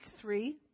three